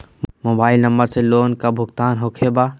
Mobile number से loan का भुगतान होखे बा?